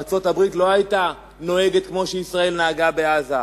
ארצות-הברית לא היתה נוהגת כמו שישראל נהגה בעזה.